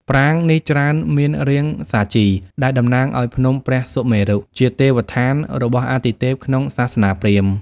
ប្រាង្គនេះច្រើនមានរាងសាជី ដែលតំណាងឱ្យភ្នំព្រះសុមេរុ ជាទេវស្ថានរបស់អាទិទេពក្នុងសាសនាព្រាហ្មណ៍។